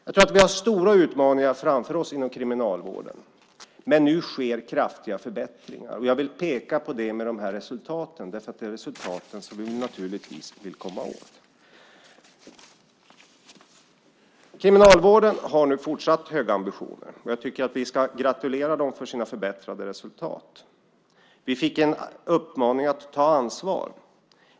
Jag tror att vi har stora utmaningar framför oss inom kriminalvården, men nu sker kraftiga förbättringar. Jag vill peka på det med de här resultaten. Det är resultaten som vi vill komma åt. Kriminalvården har nu fortsatt höga ambitioner. Jag tycker att vi ska gratulera dem till deras förbättrade resultat. Vi fick en uppmaning att ta ansvar.